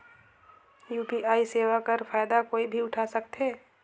UPI सेवा कर फायदा कोई भी उठा सकथे?